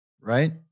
right